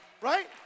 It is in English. Right